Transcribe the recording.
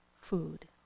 food